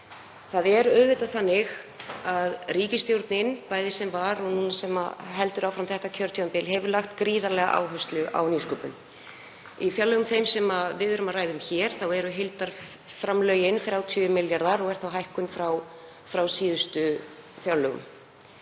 Það er auðvitað þannig að ríkisstjórnin, bæði sem var og sem heldur áfram þetta kjörtímabil, hefur lagt gríðarlega áherslu á nýsköpun. Í fjárlögum þeim sem við ræðum hér eru heildarframlögin 30 milljarðar og er þá hækkun frá síðustu fjárlögum.